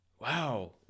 Wow